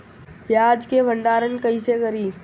प्याज के भंडारन कईसे करी?